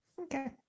okay